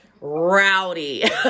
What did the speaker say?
Rowdy